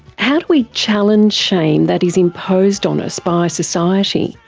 how do we challenge shame that is imposed on us by society?